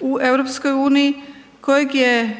okvira u EU kojeg je